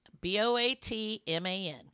B-O-A-T-M-A-N